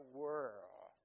world